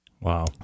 wow